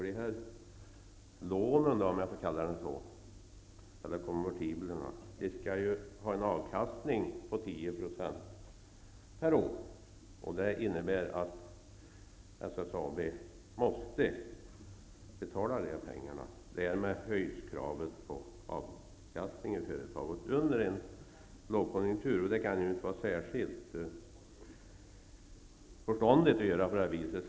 De här lånen, eller konvertiblerna, skall ha en avkastning på 10 % per år, och det innebär att SSAB måste betala de här pengarna. Därmed höjs kravet på avkastning i företaget under en lågkonjunktur. Det kan inte vara särskilt förståndigt att göra på det sättet.